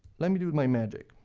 let me do my magic.